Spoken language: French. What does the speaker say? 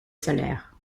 salaires